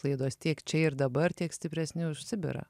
laidos tiek čia ir dabar tiek stipresni už sibirą